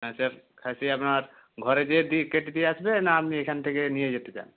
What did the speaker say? হ্যাঁ স্যার খাসি আপনার ঘরে গিয়ে কেটে দিয়ে আসবে না আপনি এখান থেকে নিয়ে যেতে চান